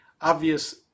obvious